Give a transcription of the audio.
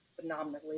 phenomenally